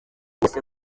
wese